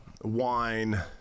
wine